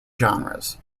genres